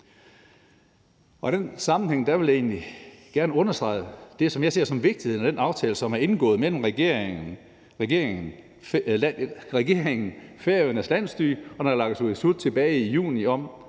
I den sammenhæng vil jeg egentlig gerne understrege det, som jeg ser som det vigtige i den aftale, som er indgået mellem regeringen, Færøernes landsting og naalakkersuisut tilbage i juni, om,